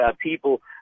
people